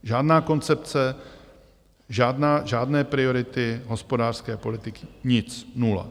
Žádná koncepce, žádné priority hospodářské politiky, nic, nula.